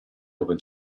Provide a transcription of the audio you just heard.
open